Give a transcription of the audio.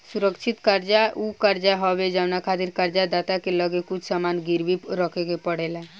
सुरक्षित कर्जा उ कर्जा हवे जवना खातिर कर्ज दाता के लगे कुछ सामान गिरवी रखे के पड़ेला